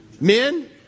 Men